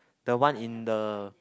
the one in the